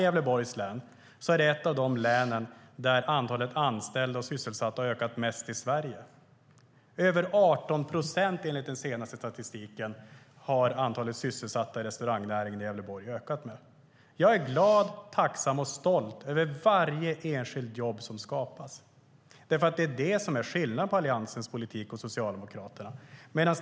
Gävleborgs län är det ett av de län där antalet anställda och sysselsatta i restaurangnäringen har ökat mest i Sverige - med över 18 procent, enligt den senaste statistiken. Jag är glad, tacksam och stolt över varje enskilt jobb som skapas. Det är det som är skillnaden mellan Alliansens och Socialdemokraternas politik.